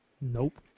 Nope